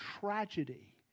tragedy